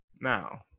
Now